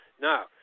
Now